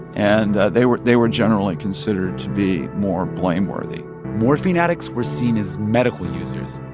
and they were they were generally considered to be more blameworthy morphine addicts were seen as medical users,